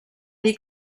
dir